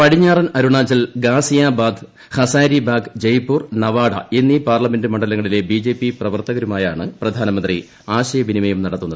പടിഞ്ഞാറൻ അരുണാചൽ ഗാസിയാബാദ് ഹസ്സാരിബാഗ് ജയ്പ്പൂർ നവാഡ എന്നീ പാർലമെന്റ് മണ്ഡലങ്ങളിലെ ബിജെപി പ്രവർത്തകരുമായാണ് പ്രധാനമന്ത്രി ആശയവിനിമയം നടത്തുന്നത്